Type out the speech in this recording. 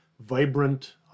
vibrant